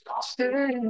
Stay